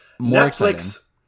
netflix